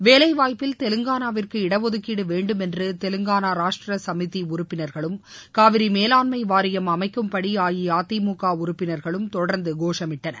வேலை வாய்ப்பில் தெலுங்கானாவிற்கு இடஒதுக்கீடு வேண்டும் என்று தெலுங்கானா ராஷ்ட்ரிய சமிதி உறுப்பினர்களும் காவிரி மேலாண்மை வாரியம் அமைக்கும்படி அஇஅதிமுக உறுப்பினர்களும் தொடர்ந்து கோஷமிட்டார்கள்